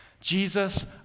Jesus